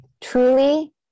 truly